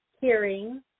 hearing